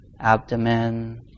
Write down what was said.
abdomen